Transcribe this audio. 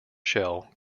shell